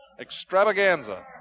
extravaganza